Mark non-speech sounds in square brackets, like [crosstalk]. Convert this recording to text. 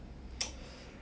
[noise]